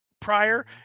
prior